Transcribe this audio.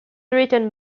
written